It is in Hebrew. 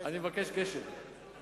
אבקש לקרוא